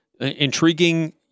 intriguing